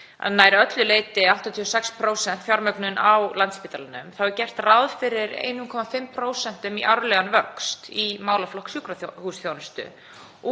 nær öllu leyti, 86%, fjármögnun á Landspítalanum — er gert ráð fyrir 1,5% í árlegan vöxt í málaflokk sjúkrahúsþjónustu